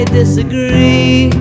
disagree